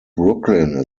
brooklyn